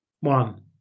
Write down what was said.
One